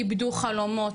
איבדו חלומות,